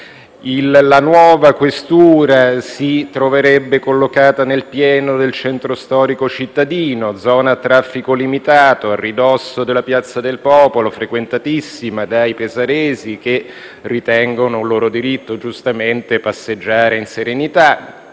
La nuova questura si troverebbe poi collocata nel pieno del centro storico cittadino, zona a traffico limitato, a ridosso di Piazza del Popolo, frequentatissima dai pesaresi, i quali ritengono giustamente un loro diritto passeggiare in serenità.